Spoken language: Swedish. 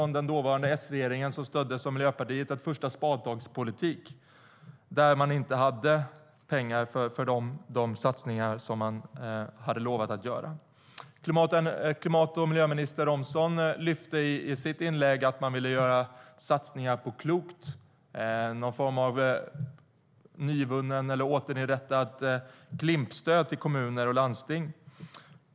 Den dåvarande S-regeringen, som stöddes av Miljöpartiet, bedrev en första-spadtags-politik där man inte hade pengar till de satsningar man hade lovat att göra. Klimat och miljöminister Romson lyfter i sitt inlägg fram att man ville göra satsningar på något klokt - någon form av nyvunnet eller återinrättat Klimp-stöd till kommuner och landsting.